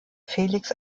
felix